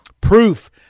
Proof